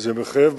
וזה מחייב,